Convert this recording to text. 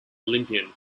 olympian